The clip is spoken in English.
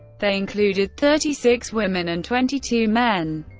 they included thirty six women and twenty two men.